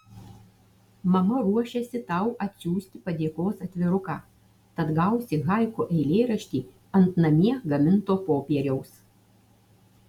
mama ruošiasi tau atsiųsti padėkos atviruką tad gausi haiku eilėraštį ant namie gaminto popieriaus